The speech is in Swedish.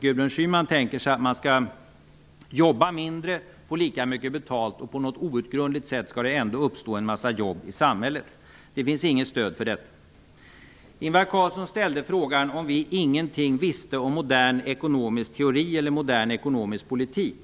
Gudrun Schyman tänker sig att man skall jobba mindre och få lika mycket betalt. På något outgrundligt sätt skall det ändå uppstå en massa jobb i samhället. Det finns inget stöd för detta. Ingvar Carlsson ställde frågan om vi ingenting visste om modern ekonomisk teori eller modern ekonomisk politik.